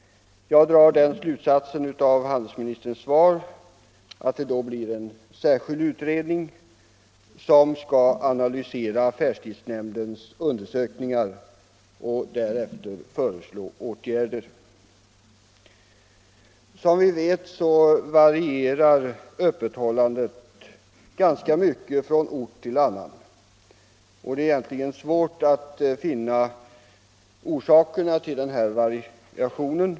Jag drar den slutsatsen av handelsministerns svar att det då blir en särskild utredning som skall analysera affärstidsnämndens undersökningar och därefter föreslå åtgärder. Som vi vet varierar öppethållandet ganska mycket från ort till ort, och det är egentligen svårt att finna orsakerna till de här variationerna.